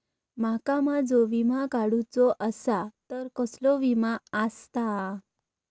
माका माझो विमा काडुचो असा तर कसलो विमा आस्ता?